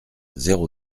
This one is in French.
zéro